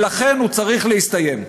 ולכן הוא צריך להסתיים.